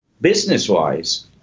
Business-wise